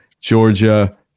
Georgia